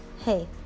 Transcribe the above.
Hey